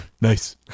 nice